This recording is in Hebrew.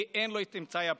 כי לא היו לו את אמצעי הבטיחות.